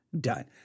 done